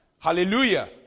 Hallelujah